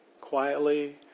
quietly